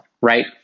right